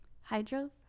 hydro